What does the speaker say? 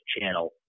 channel